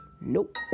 nope